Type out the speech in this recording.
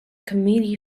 comedy